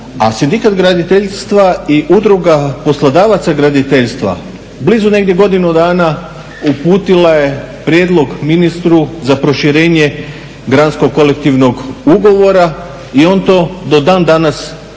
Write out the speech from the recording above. a Sindikat graditeljstva i Udruga poslodavaca graditeljstva blizu negdje godinu dana uputila je prijedlog ministru za proširenje granskog kolektivnog ugovora i on to do dan danas nije